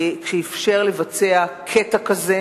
כשאפשר לבצע קטע כזה,